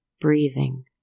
breathing